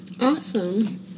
Awesome